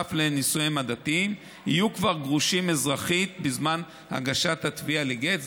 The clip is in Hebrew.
בנוסף לנישואיהם הדתיים יהיו כבר גרושים אזרחית בזמן הגשת התביעה לגט.